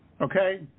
Okay